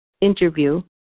interview